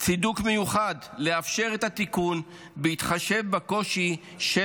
מיוחד לאפשר את התיקון בהתחשב בקושי של